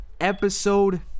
episode